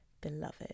beloved